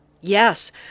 Yes